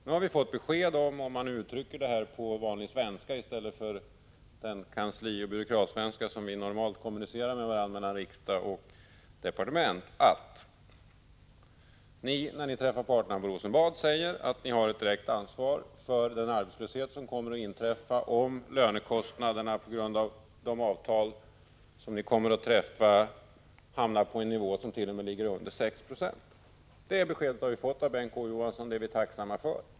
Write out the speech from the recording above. Nu har vi fått besked om — för att uttrycka det på vanlig svenska i stället för på den kanslioch byråkratsvenska som vi i riksdag och departement normalt kommunicerar med varandra på — att ni när ni träffar parterna på Rosenbad säger att ni har ett direkt ansvar för den arbetslöshet som kommer att inträffa om lönekostnaderna, på grund av de avtal som kommer att träffas, hamnar på en nivå som tt.o.m. ligger under 6 90. Det beskedet har vi fått av Bengt K. Å. Johansson. Det är vi tacksamma för.